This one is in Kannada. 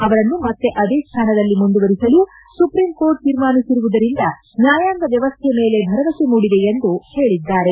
ಅವರನ್ನು ಮತ್ತೆ ಆದೇ ಸ್ನಾನದಲ್ಲಿ ಮುಂದುವರೆಸಲು ಸುಪ್ರೀಂ ಕೋರ್ಟ್ ತೀರ್ಮಾನಿಸಿರುವುದರಿಂದ ನ್ನಾಯಾಂಗ ವ್ಯವಸ್ಥೆ ಮೇಲೆ ಭರವಸೆ ಮೂಡಿದೆ ಎಂದು ಹೇಳಿದ್ದಾರೆ